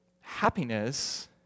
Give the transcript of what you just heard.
happiness